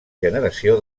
generació